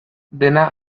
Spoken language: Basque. dena